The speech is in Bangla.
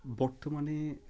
বর্তমানে